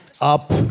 Up